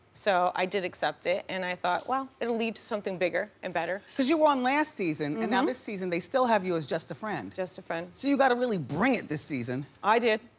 so, i did accept it and i thought well, it'll lead to something bigger and better. cause you were on last season and now this season they still have you as just a friend. just a friend. so you gotta really bring it this season. i did.